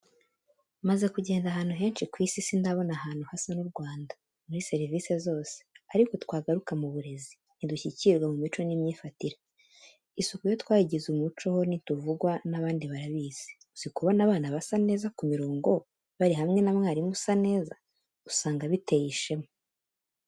Maze kugenda ahantu henshi ku isi sindabona ahantu hasa n'u Rwanda muri serivice zose ariko twagaruka mu burezi ntidushyikirwa mu mico n'imyifatire, isuku yo twayigize umuco ho ntituvugwa n'abandi barabizi. Uzi kubona abana basa neza ku mirongo bari hamwe na mwarimu usa neza, usanga biteye ishema.